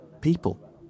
people